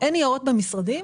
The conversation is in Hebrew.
אין ניירות במשרדים.